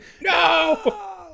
no